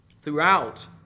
throughout